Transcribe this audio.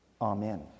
Amen